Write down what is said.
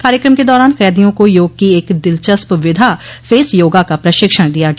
कायक्रम के दौरान कैदियों को योग की एक दिलचस्प विधा फेस योगा का प्रशिक्षण दिया गया